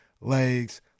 Legs